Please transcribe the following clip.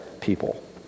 people